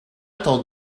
told